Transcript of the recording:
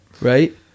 right